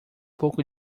pouco